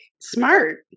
smart